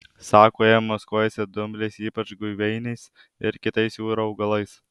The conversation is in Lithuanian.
sako jie maskuojasi dumbliais ypač guveiniais ir kitais jūrų augalais